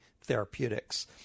Therapeutics